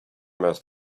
must